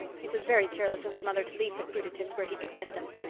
it was very careless of his mother to leave the fruitatives where he could get them,